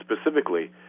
specifically